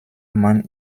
mann